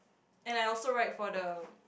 and I also write for the